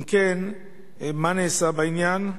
2. אם כן, מה נעשה בעניין?